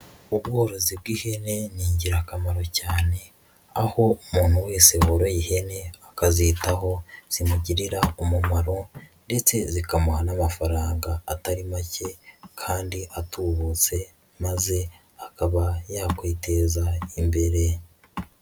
Ubworozi bw'ihene ni ingirakamaro cyane, aho umuntu wese woroye ihene akazitaho zimugirira umumaro ndetse zikamuha n'amafaranga atari make kandi atubutse, maze akaba yakwiteza imbere.